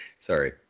Sorry